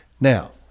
Now